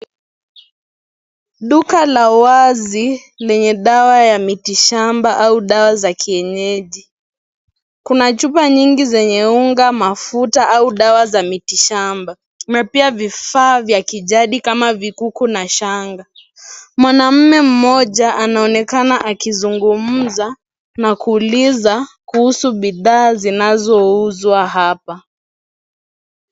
Duka la wazi lenye dawa ya miti shamba au dawa za kienyeji . Kuna chupa nyingi zenye unga, mafuta au dawa za miti shamba na pia vifaa vya kijani kama. Vikuku na shanga. Mwanaume mmoja anaonekana akizungumza na kuuliza kuhusu bidhaa zinazouzwa hapa.